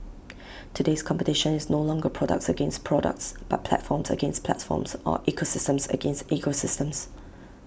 today's competition is no longer products against products but platforms against platforms or ecosystems against ecosystems